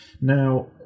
Now